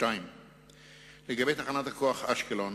לגבי תחנת הכוח אשקלון,